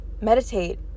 meditate